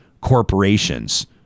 corporations